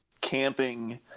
camping